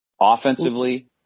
Offensively